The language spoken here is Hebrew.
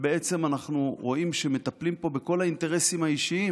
למעשה אנחנו רואים שמטפלים פה בכל האינטרסים האישיים